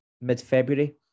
mid-February